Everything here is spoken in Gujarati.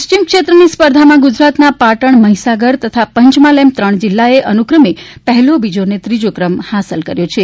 પશ્વિમ ક્ષેત્રની સ્પર્ધામાં ગુજરાતના પાટણ મહિસાગર તથા પંચમહાલ એમ ત્રણ જિલ્લાએ અનુક્રમે પહેલો બીજો અને ત્રીજો ક્રમ હાંસલ કર્યો છે